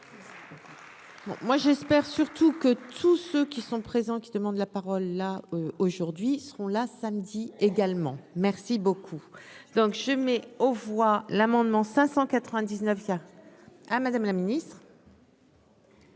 moi j'espère surtout que tout ceux qui. Sont présents, qui demande la parole là aujourd'hui seront là samedi également merci beaucoup. Donc je mets aux voix l'amendement 599 via à Madame la Ministre.